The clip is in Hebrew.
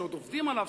שעדיין עובדים עליו,